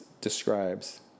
describes